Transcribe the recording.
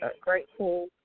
grateful